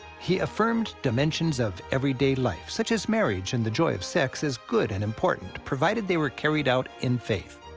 he affirmed dimensions of everyday life, such as marriage and the joy of sex, as good and important, provided they were carried out in faith.